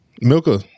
Milka